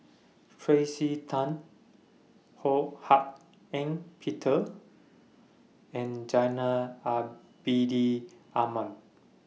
Tracey Tan Ho Hak Ean Peter and Zainal Abidin Ahmad